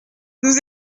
nous